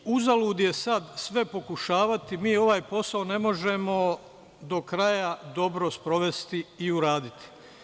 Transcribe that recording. Uzalud je sad sve pokušavati, mi ovaj posao ne možemo do kraja dobro sprovesti i uraditi.